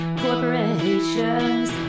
corporations